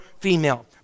female